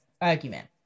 argument